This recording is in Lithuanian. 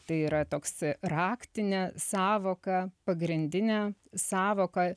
tai yra toks raktinė sąvoka pagrindinė sąvoka